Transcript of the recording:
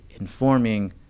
informing